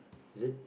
is it